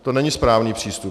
To není správný přístup.